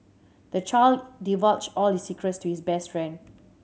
the child divulged all his secrets to his best friend